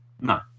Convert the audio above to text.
No